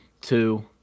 two